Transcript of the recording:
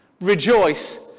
rejoice